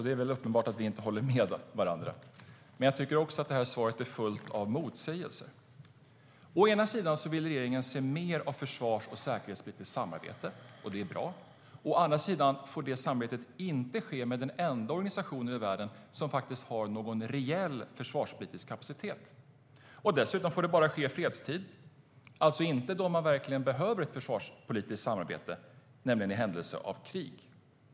Det är väl uppenbart att vi inte håller med varandra, men jag tycker också att svaret är fullt av motsägelser. Å ena sidan vill regeringen se mer av försvars och säkerhetspolitiskt samarbete, vilket är bra. Å andra sidan får samarbetet inte ske med den enda organisation i världen som faktiskt har någon reell försvarspolitisk kapacitet. Dessutom får det bara ske i fredstid och alltså inte då man verkligen behöver ett försvarspolitiskt samarbete, nämligen i händelse av krig.